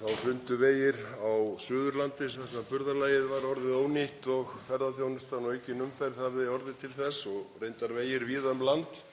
Þá hrundu vegir á Suðurlandi— burðarlagið var orðið ónýtt., ferðaþjónustan og aukin umferð hafði orðið til þess — og reyndar vegir víða um land.